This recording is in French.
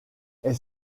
est